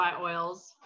oils